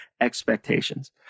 expectations